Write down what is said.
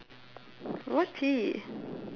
what